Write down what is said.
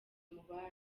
mubayo